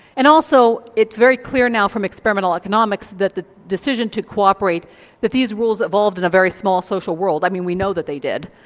and also it's very clear now from experimental economics that the decision to cooperate that these rules evolved in a very small social world, i mean we know that they did.